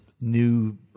new